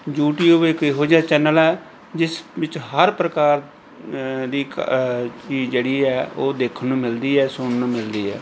YouTube ਇੱਕ ਇਹੋ ਜਿਹਾ ਚੈਨਲ ਹੈ ਜਿਸ ਵਿੱਚ ਹਰ ਪ੍ਰਕਾਰ ਦੀ ਇੱਕ ਚੀਜ਼ ਜਿਹੜੀ ਹੈ ਉਹ ਦੇਖਣ ਨੂੰ ਮਿਲਦੀ ਹੈ ਸੁਣਨ ਨੂੰ ਮਿਲਦੀ ਹੈ